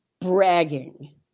bragging